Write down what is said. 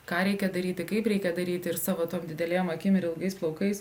ką reikia daryti kaip reikia daryti ir savo tom didelėm akim ir ilgais plaukais